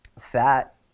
Fat